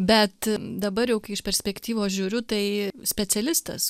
bet dabar jau kai iš perspektyvos žiūriu tai specialistas